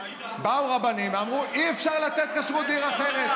באו רבנים ואמרו: אי-אפשר לתת כשרות בעיר אחרת.